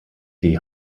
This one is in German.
die